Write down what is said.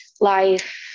life